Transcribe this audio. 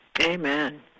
Amen